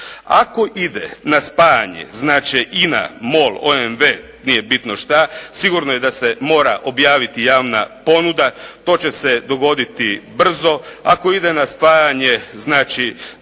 Ako ide na spajanje znači INA, MOL, OMV, nije bitno što, sigurno je da se mora objaviti javna ponuda, to će se dogoditi brzo, ako ide na spajanje znači